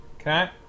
Okay